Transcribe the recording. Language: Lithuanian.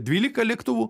dvylika lėktuvų